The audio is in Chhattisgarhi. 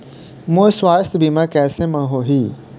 मोर सुवास्थ बीमा कैसे म होही?